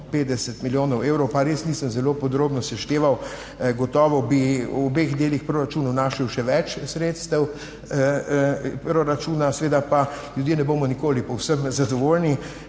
250 milijonov evrov, pa res nisem zelo podrobno sešteval. Gotovo bi v obeh delih proračunov našli še več sredstev. Proračuna seveda pa ljudje ne bomo nikoli povsem zadovoljni.